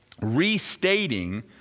restating